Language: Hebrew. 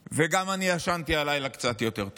וגם, הלילה ישנתי קצת יותר טוב.